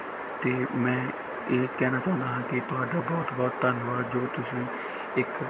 ਅਤੇ ਮੈਂ ਇਹ ਕਹਿਣਾ ਚਾਹੁੰਦਾ ਹਾਂ ਕਿ ਤੁਹਾਡਾ ਬਹੁਤ ਬਹੁਤ ਧੰਨਵਾਦ ਜੋ ਤੁਸੀਂ ਇੱਕ